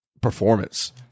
performance